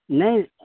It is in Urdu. نہیں